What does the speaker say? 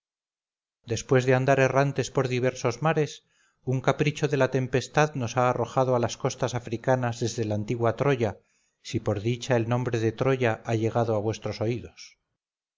después de andar errantes por diversos mares un capricho de la tempestad nos ha arrojado a las costas africanas desde la antigua troya si por dicha el nombre de troya ha llegado a vuestros oídos yo soy el piadoso eneas cuya fama llega al